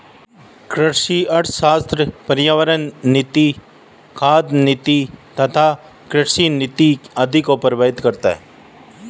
कृषि अर्थशास्त्र पर्यावरण नीति, खाद्य नीति तथा कृषि नीति आदि को प्रभावित करता है